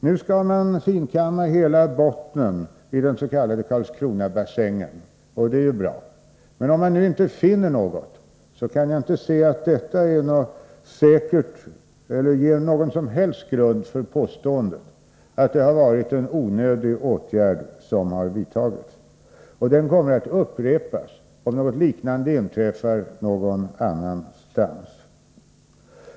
Nu skall man finkamma hela bottnen i den s.k. Karlskronabassängen, och det är ju bra. Men även om man inte skulle finna något, kan jag inte se att detta ger någon som helst grund för påståendet att de vidtagna åtgärderna skulle vara onödiga. De kommer att upprepas om något liknande inträffar någon annanstans.